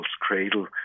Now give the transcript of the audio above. cradle